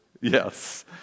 yes